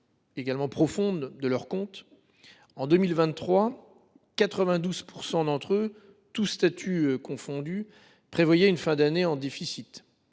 rapide et profonde de leurs comptes. En 2023, quelque 92 % d’entre eux, tous statuts confondus, prévoyaient une fin d’année en déficit.